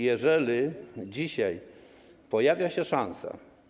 Jeżeli dzisiaj pojawia się szansa.